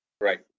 Right